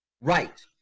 Right